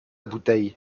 bouteille